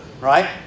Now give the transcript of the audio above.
Right